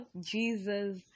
Jesus